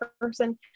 person